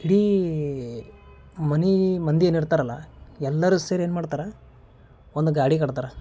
ಇಡೀ ಮನೆ ಮಂದಿ ಏನಿರ್ತಾರಲ್ಲ ಎಲ್ಲರು ಸೇರಿ ಏನು ಮಾಡ್ತಾರೆ ಒಂದು ಗಾಡಿ ಕಟ್ತಾರೆ